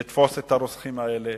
לתפוס את הרוצחים האלה,